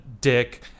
dick